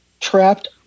trapped